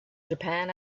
japan